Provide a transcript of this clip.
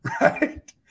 Right